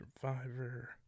Survivor